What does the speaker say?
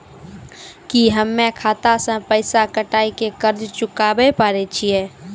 की हम्मय खाता से पैसा कटाई के कर्ज चुकाबै पारे छियै?